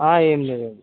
ఏం లేదండి